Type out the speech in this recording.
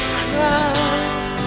crowd